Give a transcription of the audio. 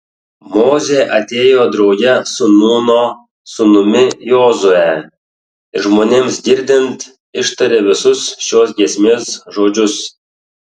mozė atėjo drauge su nūno sūnumi jozue ir žmonėms girdint ištarė visus šios giesmės žodžius